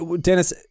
Dennis